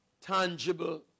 tangible